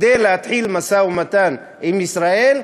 כדי להתחיל משא-ומתן עם ישראל,